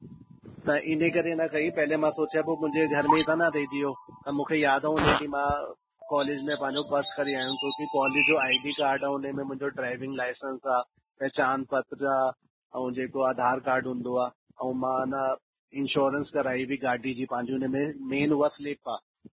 त इन करे न कई पहिले मां सोचियां पियो मुंहिंजे घर में त न रहिजी वियो त मूंखे यादि आहे उन ॾींहुं मां कॉलेज में पंहिंजो पर्स खणी आयुमि क्योंकि कॉलेज जो आईडी कार्ड ऐं उन में मुंहिंजो ड्राइविंग लाइसेंस आहे पहचान पत्र आहे ऐं जेको आधार कार्ड हूंदो आहे ऐं मां न इंश्योरेंस कराई हुई गाॾी जी पंहिंजी उन में मेन उहा स्लिप आहे